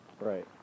Right